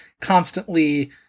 constantly